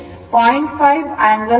5 angle 60 o ಆಗುತ್ತದೆ